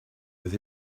with